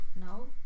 No